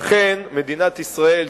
מדינת ישראל,